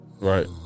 Right